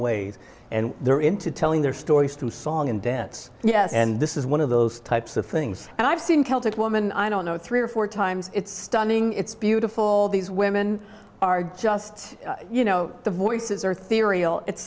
ways and they're into telling their stories to song and dance yes and this is one of those types of things and i've seen celtic woman i don't know three or four times it's stunning it's beautiful these women are just you know the voices are theory i